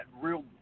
real